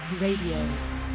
Radio